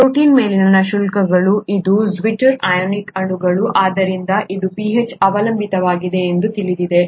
protein ಮೇಲಿನ ಶುಲ್ಕಗಳು ಇದು ಜ್ವಿಟಾರ್ ಅಯಾನಿಕ್ ಅಣು ಆದ್ದರಿಂದ ಇದು pH ಅವಲಂಬಿತವಾಗಿದೆ ಎಂದು ನಿಮಗೆ ತಿಳಿದಿದೆ